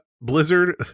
Blizzard